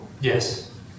Yes